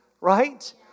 right